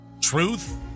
Truth